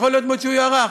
יכול להיות מאוד שהוא יוארך.